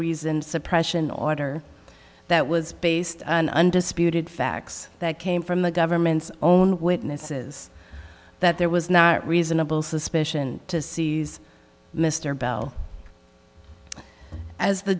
reasoned suppression order that was based on undisputed facts that came from the government's own witnesses that there was not reasonable suspicion to seize mr bell as the